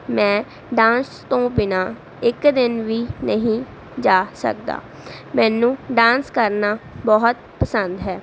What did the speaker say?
ਮੈਂ ਡਾਂਸ ਤੋਂ ਬਿਨਾਂ ਇੱਕ ਦਿਨ ਵੀ ਨਹੀਂ ਜਾ ਸਕਦਾ ਮੈਨੂੰ ਡਾਂਸ ਕਰਨਾ ਬਹੁਤ ਪਸੰਦ ਹੈ